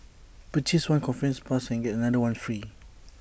purchase one conference pass and get another one free